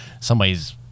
somebody's